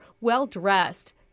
well-dressed